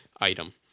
item